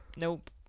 Nope